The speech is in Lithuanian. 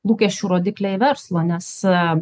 lūkesčių rodikliai verslo nes